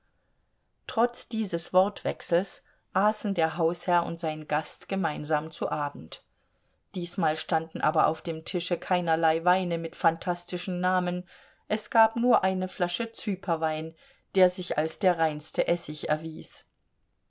trotz dieses wortwechsels aßen der hausherr und sein gast gemeinsam zu abend diesmal standen aber auf dem tische keinerlei weine mit phantastischen namen es gab nur eine flasche zyperwein der sich als der reinste essig erwies